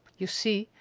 you see,